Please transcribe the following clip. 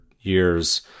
years